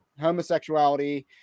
homosexuality